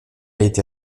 été